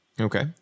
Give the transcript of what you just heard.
okay